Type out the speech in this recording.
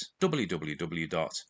www